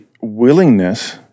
willingness